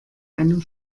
einem